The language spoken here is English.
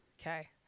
okay